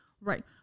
right